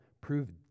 proved